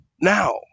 now